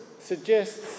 suggests